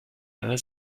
einer